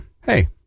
hey